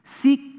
Seek